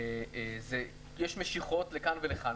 יש משיכות לכאן ולכאן.